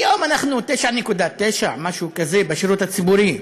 כיום אנחנו 9.9%, משהו כזה, בשירות הציבורי,